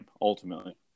ultimately